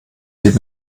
geht